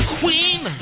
queen